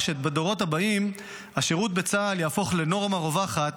שבדורות הבאים השירות בצה"ל יהפוך לנורמה רווחת